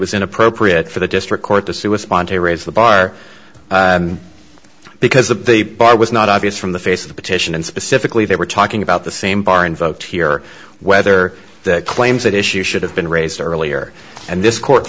was inappropriate for the district court to sue with want to raise the bar because the bar was not obvious from the face of the petition and specifically they were talking about the same bar invoked here whether the claims that issue should have been raised earlier and this court